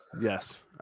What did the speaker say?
Yes